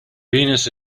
venus